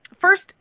First